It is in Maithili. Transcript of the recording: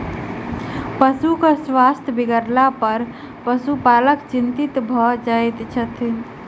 पशुक स्वास्थ्य बिगड़लापर पशुपालक चिंतित भ जाइत छथि